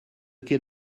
qu’est